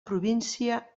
província